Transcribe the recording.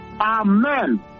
Amen